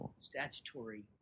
statutory